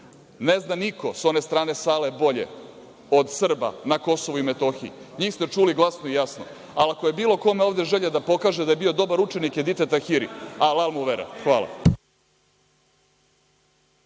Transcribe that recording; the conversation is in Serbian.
ne zna niko sa one strane sale bolje od Srba na Kosovu i Metohiji. NJih ste čuli glasno i jasno. Ali, ako je bilo kome ovde želja da pokaže da je bio dobar učenik Edite Tahiri, alal mu vera. Hvala.